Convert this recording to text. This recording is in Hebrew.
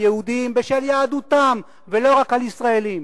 יהודים בשל יהדותם ולא רק על ישראלים.